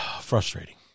frustrating